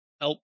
help